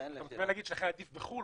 אתה מתכוון להגיד שלכן עדיף בחו"ל?